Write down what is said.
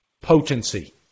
potency